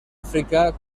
àfrica